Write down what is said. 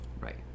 Right